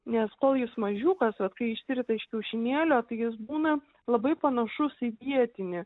nes kol jis mažiukas vat kai išsirita iš kiaušinėlio tai jis būna labai panašus į vietinį